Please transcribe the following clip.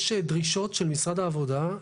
יש דרישות של משרד העבודה,